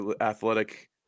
athletic